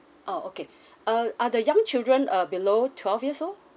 oh okay uh are the young children uh below twelve years old